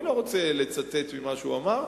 אני לא רוצה לצטט ממה שהוא אמר,